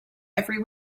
every